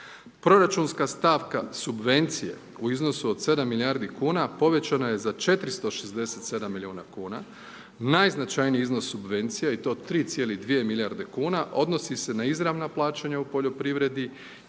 Proračunska stavka subvencije u iznosu od 7 milijardi kuna povećana je za 467 miliona kuna, najznačajniji iznos subvencija i to 3,2 milijarde kuna odnosi se na izravna plaćanja u poljoprivredi